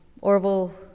Orville